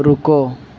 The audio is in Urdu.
رکو